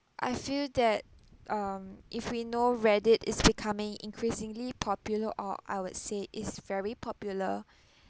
I feel that um if we know reddit is becoming increasingly popular or I would say is very popular